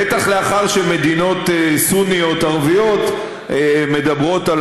בטח לאחר שמדינות סוניות ערביות מדברות על